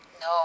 No